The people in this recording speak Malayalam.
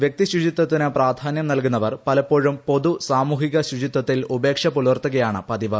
വൃക്തി ശുചിത്വത്തിന് പ്രാധാന്യം നൽകുന്നവർ പലപ്പോഴും പൊതു സാമൂഹിക ശുചിത്വത്തിൽ ഉപേക്ഷ പുലർത്തുകയാണ് പതിവ്